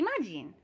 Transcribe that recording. Imagine